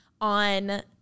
on